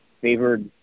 favored